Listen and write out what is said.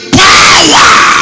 power